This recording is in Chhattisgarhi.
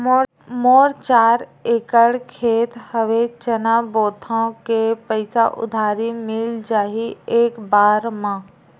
मोर चार एकड़ खेत हवे चना बोथव के पईसा उधारी मिल जाही एक बार मा?